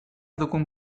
dugun